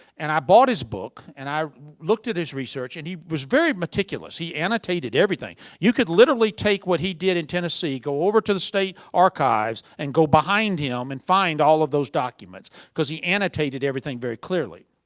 and i bought his book and i looked at his research and he was very meticulous. he annotated everything. you could literally take what he did in tennessee, go over to the state archives, and go behind him and find all of those documents. cause he annotated everything very clearly.